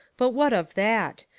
but what of that?